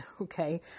okay